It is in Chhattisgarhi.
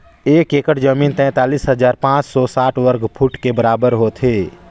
एक एकड़ जमीन तैंतालीस हजार पांच सौ साठ वर्ग फुट के बराबर होथे